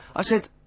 i said,